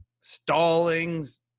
Stallings